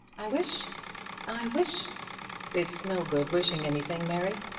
i wish i wish it's no good wishing anything, mary.